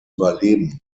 überleben